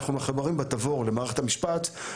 אנחנו מחוברים ב"תבור" למערכת המשפט,